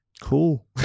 Cool